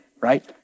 right